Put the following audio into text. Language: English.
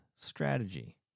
strategy